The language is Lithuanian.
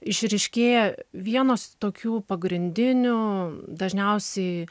išryškėja vienos tokių pagrindinių dažniausiai